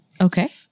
okay